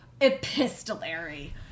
epistolary